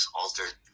altered